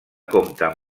compta